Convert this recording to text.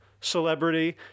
celebrity